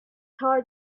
hard